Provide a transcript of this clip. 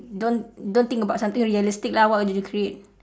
don't don't think about something realistic lah what would you create